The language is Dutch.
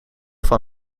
van